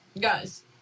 Guys